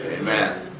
Amen